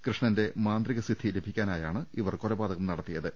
കൃഷ്ണന്റെ മാന്ത്രികസിദ്ധി ലഭിക്കാനായാണ് ഇവർ കൊലപാതകം നടത്തിയത്